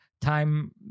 Time